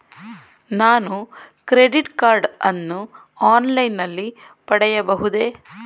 ನಾನು credit card ಅನ್ನು online ನಲ್ಲಿ ಪಡೆಯಬಹುದೇ?